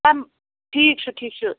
ٹھیٖک چھُ ٹھیٖک چھُ